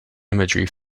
imagery